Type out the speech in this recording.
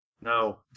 No